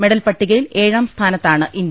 മെഡൽപട്ടികയിൽ ഏഴാം സ്ഥാനത്താണ് ഇന്ത്യ